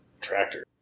tractor